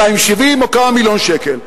של 270 או כמה מיליון שקל.